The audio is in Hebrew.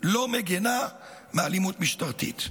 לא מגינה מאלימות משטרתית.